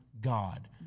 God